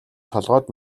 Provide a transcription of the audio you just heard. толгойд